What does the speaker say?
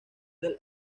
del